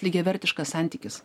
lygiavertiškas santykis